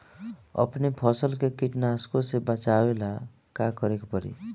अपने फसल के कीटनाशको से बचावेला का करे परी?